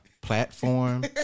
platform